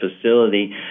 facility